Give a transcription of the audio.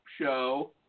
show